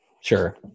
Sure